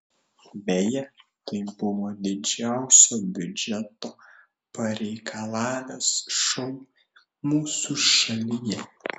beje tai buvo didžiausio biudžeto pareikalavęs šou mūsų šalyje